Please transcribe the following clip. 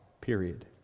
period